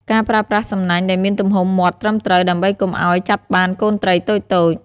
ការប្រើប្រាស់សំណាញ់ដែលមានទំហំមាត់ត្រឹមត្រូវ ដើម្បីកុំឲ្យចាប់បានកូនត្រីតូចៗ។